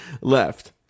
left